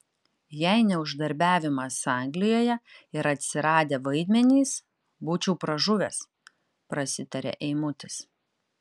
jei ne uždarbiavimas anglijoje ir atsiradę vaidmenys būčiau pražuvęs prasitaria eimutis